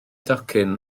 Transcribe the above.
docyn